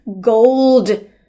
gold